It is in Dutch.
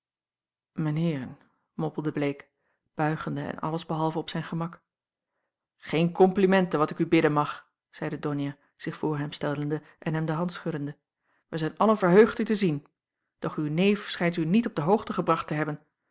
heeren mompelde bleek buigende en alles behalve op zijn gemak geen komplimenten wat ik u bidden mag zeide donia zich voor hem stellende en hem de hand schuddende wij zijn allen verheugd u te zien doch uw neef schijnt u niet op de hoogte gebracht te hebben